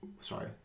sorry